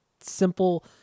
simple